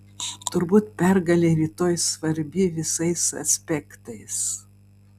turbūt pergalė rytoj svarbi visais aspektais